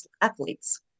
athletes